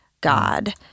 God